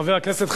חבר הכנסת חנין,